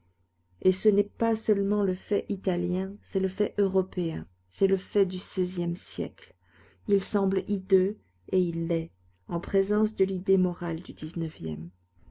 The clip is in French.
et ce n'est pas seulement le fait italien c'est le fait européen le fait du seizième siècle il semble hideux et il l'est en présence de l'idée morale du dix-neuvième